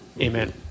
Amen